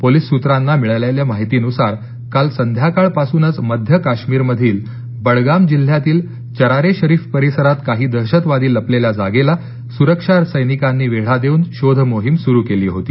police सुत्राना मिळालेल्या माहितीनुसार काल संध्याकाळपासूनच मध्य काश्मीर मधील बडगाम जिल्ह्यातील चरार ए शरीफ परिसरात काही दहशतवादी लपलेल्या जागेला सुरक्षा सैनिकांनी वेढा देवून शोध मोहीम सुरु केली होती